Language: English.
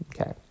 Okay